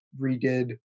redid